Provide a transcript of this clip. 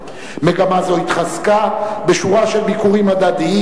זה מישהי מאוד בעלת סמכות במשרד.